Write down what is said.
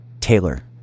Taylor